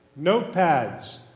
notepads